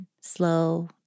slow